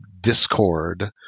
Discord